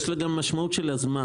יש לזה משמעות של הזמן,